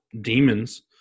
demons